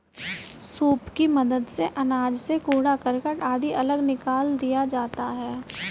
soup की मदद से अनाज से कूड़ा करकट आदि अलग निकाल दिया जाता है